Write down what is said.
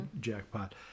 jackpot